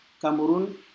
Cameroon